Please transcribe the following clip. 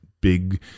big